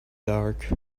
dark